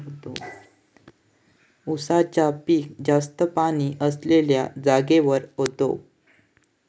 उसाचा पिक जास्त पाणी असलेल्या जागेवर होता